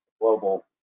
global